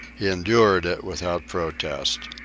he endured it without protest.